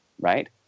right